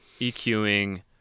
EQing